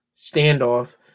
standoff